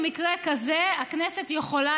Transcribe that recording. במקרה כזה הכנסת יכולה,